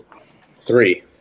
Three